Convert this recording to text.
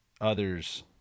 others